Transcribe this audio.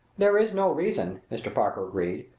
there is no reason, mr. parker agreed,